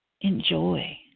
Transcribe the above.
Enjoy